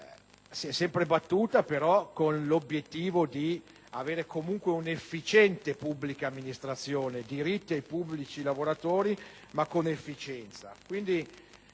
si è sempre battuta con l'obiettivo di avere comunque una pubblica amministrazione efficiente: diritti ai pubblici lavoratori ma con efficienza.